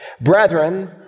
Brethren